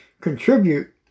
contribute